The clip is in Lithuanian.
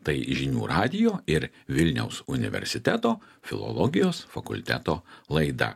tai žinių radijo ir vilniaus universiteto filologijos fakulteto laida